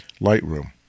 Lightroom